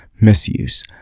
misuse